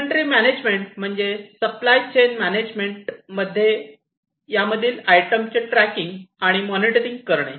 inventory management म्हणजे supply chain management मध्ये मधील आयटमचे ट्रेकिंग आणि मॉनिटरिंग करणे